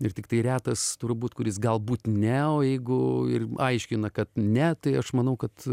ir tiktai retas turbūt kuris galbūt ne o jeigu ir aiškina kad ne tai aš manau kad